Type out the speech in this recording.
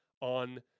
on